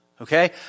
okay